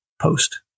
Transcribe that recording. post